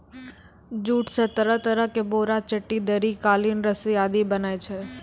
jute स तरह तरह के बोरा, चट्टी, दरी, कालीन, रस्सी आदि बनै छै